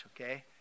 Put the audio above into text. okay